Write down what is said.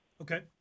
Okay